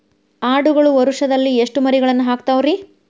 ಆಡುಗಳು ವರುಷದಲ್ಲಿ ಎಷ್ಟು ಮರಿಗಳನ್ನು ಹಾಕ್ತಾವ ರೇ?